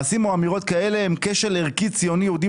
מעשים או אמירות כאלה הם כשל ערכי ציוני יהודי